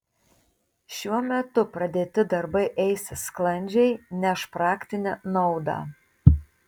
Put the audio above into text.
šiuo metu pradėti darbai eisis sklandžiai neš praktinę naudą